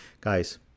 guys